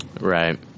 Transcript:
right